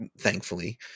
thankfully